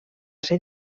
ser